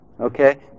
Okay